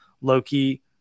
Loki